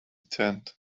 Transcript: tent